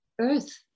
earth